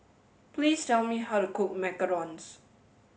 please tell me how to cook Macarons